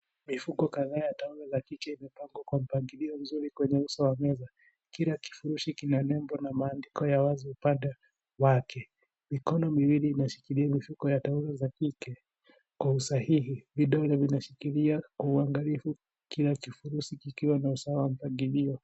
Mifuko kadhaa ya taulo za kike imepangwa kwa mpangilio mzuri kwenye uso wa meza . Kila kifurushi kina lebo na maandiko ya wazi upande wake. Mikono miwili inashikilia mifuko ya taulo za kike kwa usahihi. Vidole vinashikilia kwa uangalifu kila kifurushi kikiwa na usawa wa mpangilio.